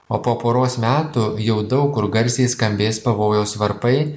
o po poros metų jau daug kur garsiai skambės pavojaus varpai